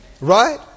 right